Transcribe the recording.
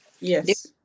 Yes